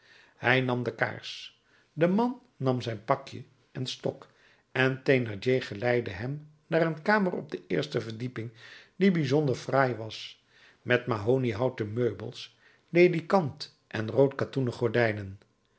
hij nam de kaars de man nam zijn pakje en stok en thénardier geleidde hem naar een kamer op de eerste verdieping die bijzonder fraai was met mahoniehouten meubels ledikant en rood katoenen gordijnen